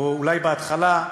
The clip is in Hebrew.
או אולי בהתחלה,